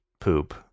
poop